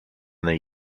they